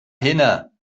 hinne